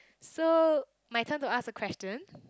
so my time to ask a question